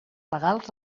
legals